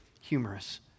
humorous